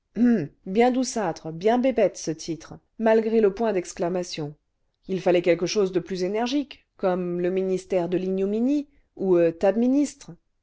bien douceâtre bien bébête ce titre malgré le point d'exclamation il fallait quelque chose de plus énergique comme le ministère de l'ignominie ou tas de ministres